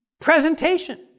presentation